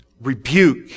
rebuke